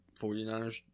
49ers